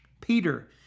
Peter